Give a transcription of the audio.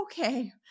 okay